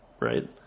right